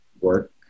work